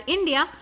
India